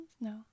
No